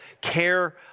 care